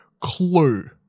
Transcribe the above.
clue